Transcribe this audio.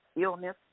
illness